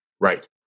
Right